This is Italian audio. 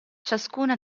ciascuna